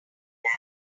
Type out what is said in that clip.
that